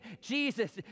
Jesus